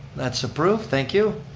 that's approved, thank you.